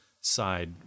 side